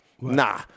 nah